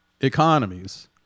economies